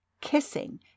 kissing